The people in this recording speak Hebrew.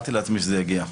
תיארתי לעצמי שזה יגיע.